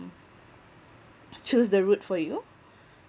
choose the route for you